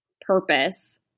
purpose